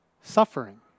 suffering